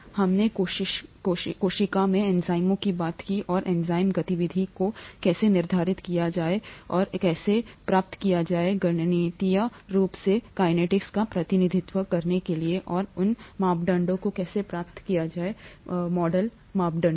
हमने कोशिका में एंजाइमों की बात की और एंजाइम गतिविधि को कैसे निर्धारित किया जाए और कैसे प्राप्त किया जाए गणितीय रूप से कैनेटीक्स का प्रतिनिधित्व करने के लिए और उन मापदंडों को कैसे प्राप्त करें मॉडल मापदंडों